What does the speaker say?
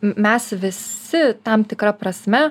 mes visi tam tikra prasme